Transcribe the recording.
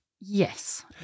Yes